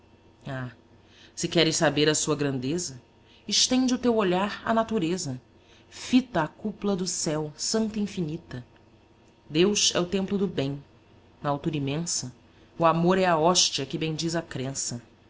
ah se queres saber a sua grandeza estente o teu olhar à natureza fita a cúpla do céu santa e infinita deus é o templo do bem na altura imensa o amor é a hóstia que bendiz a crença